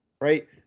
right